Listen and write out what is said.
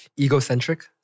egocentric